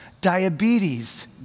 diabetes